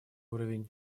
уровень